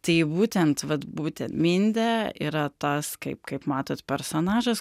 tai būtent vat būtent mindė yra tas kaip kaip matot personažas